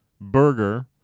burger